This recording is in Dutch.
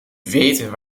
weten